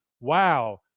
Wow